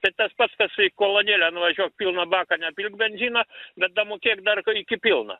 tai tas pats kas į kolonėlę nuvažiuok pilną baką nepilk benzino bet damokėk dar iki pilno